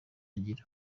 agira